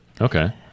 Okay